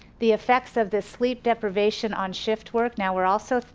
the effects of this sleep deprivation on shift-work, now we're also,